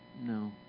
no